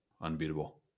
unbeatable